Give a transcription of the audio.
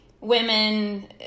women